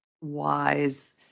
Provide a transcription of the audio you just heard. wise